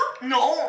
No